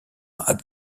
had